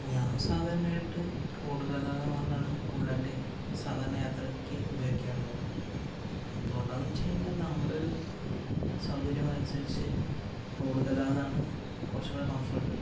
ഞാൻ സാധരണയായിട്ട് റോഡ് ഗതാഗത മാർഗ്ഗമാണ് കൂടുതലായിട്ട് സാധാരണ യാത്രയ്ക്ക് ഉപയോഗിക്കാറുള്ളത് എന്തുകൊണ്ടാന്നു വെച്ചു കഴിഞ്ഞാൽ നമ്മുടെ ഒരു സൗകര്യം അനുസരിച്ചു റോഡ് ഗതാഗതം ആണ് കുറച്ചും കൂടെ കംഫോർട്ട്